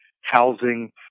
housing